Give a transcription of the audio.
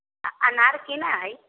आ अनार केना हई